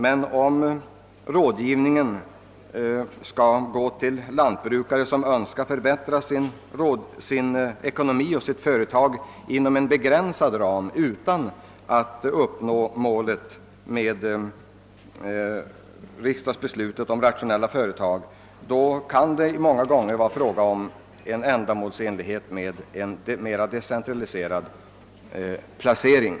Men om rådgivningen skall innefatta lantbrukare som önskar förbättra sin ekonomi och sitt företag inom en begränsad ram, utan att uppnå målet för riksdagsbeslutet om rationella företag, kan det många gånger vara ändamålsenligt med en mer decentraliserad placering.